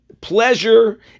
pleasure